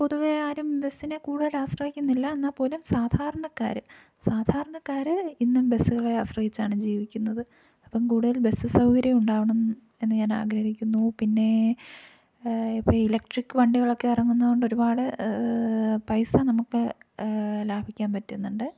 പൊതുവെ ആരും ബസ്സിനെ കൂടുതല് ആശ്രയിക്കുന്നില്ല എന്നാല്പ്പോലും സാധാരണക്കാര് സാധാരണക്കാര് ഇന്നും ബസ്സുകളെ ആശ്രയിച്ചാണ് ജീവിക്കുന്നത് അപ്പോള് കൂടതൽ ബസ്സ് സൗകര്യം ഉണ്ടാവണം എന്ന് ഞാൻ ആഗ്രഹിക്കുന്നു പിന്നെ ഇപ്പോള് ഇലക്ട്രിക് വണ്ടികളൊക്കെ ഇറങ്ങുന്നതുകൊണ്ട് ഒരുപാട് പൈസ നമുക്ക് ലാഭിക്കാൻ പറ്റുന്നുണ്ട്